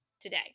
today